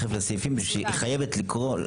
יש סעיפים שהיא חייבת לקרוא,